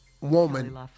woman